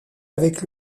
avec